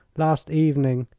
last evening.